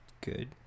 good